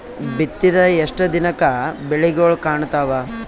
ಬಿತ್ತಿದ ಎಷ್ಟು ದಿನಕ ಬೆಳಿಗೋಳ ಕಾಣತಾವ?